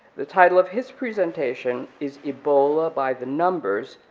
the title of his presentation is ebola by the numbers,